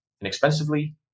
inexpensively